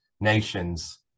nations